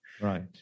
Right